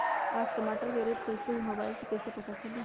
आज टमाटर के रेट कईसे हैं मोबाईल से कईसे पता चली?